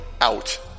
out